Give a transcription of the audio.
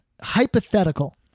Hypothetical